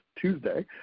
Tuesday